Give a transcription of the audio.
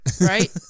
Right